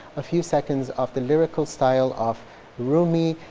a few seconds of the lyrical style of rumi,